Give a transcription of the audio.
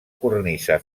cornisa